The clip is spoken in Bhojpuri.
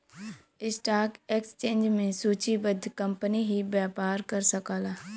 स्टॉक एक्सचेंज में सूचीबद्ध कंपनी ही व्यापार कर सकला